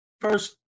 first